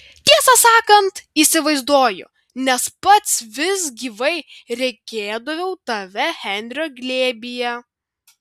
tiesą sakant įsivaizduoju nes pats vis gyvai regėdavau tave henrio glėbyje